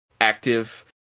active